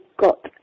got